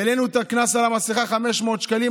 העלינו את הקנס על המסכה ל-500 שקלים,